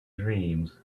dreams